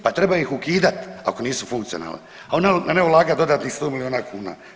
Pa treba ih ukidati ako nisu funkcionalne, a ne ulagati dodatnih 100 milijuna kuna.